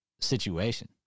Situation